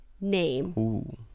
name